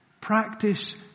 Practice